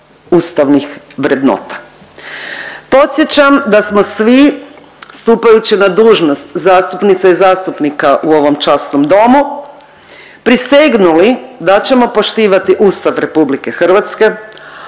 ustavnih vrednota. Podsjećam da smo svi stupajući na dužnost zastupnica i zastupnika u ovom časnom domu prisegnuli da ćemo poštivati Ustav RH,